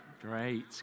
Great